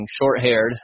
short-haired